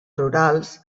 rurals